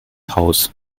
haus